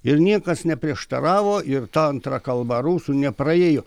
ir niekas neprieštaravo ir ta antra kalba rusų nepraėjo